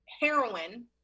heroin